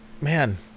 man